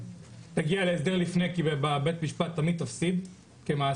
להגיע להסדר לפני כי בבית המשפט אני תמיד אפסיד כמעסיק,